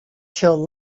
till